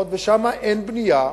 ושם אין בנייה.